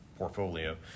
portfolio